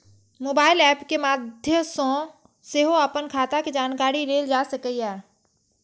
mobile app के माध्य सं सेहो अपन खाता के जानकारी लेल जा सकैए